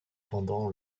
pendant